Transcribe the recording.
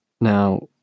Now